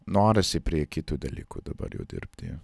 norisi prie kitų dalykų dabar jau dirbti